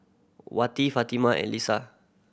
Wati Fatimah and Lisa